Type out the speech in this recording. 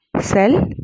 cell